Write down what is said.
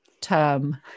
term